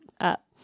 up